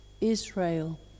Israel